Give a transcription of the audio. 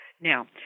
Now